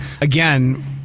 again